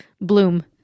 bloom